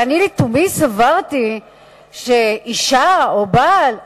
אבל אני לתומי סברתי שאשה או בעל,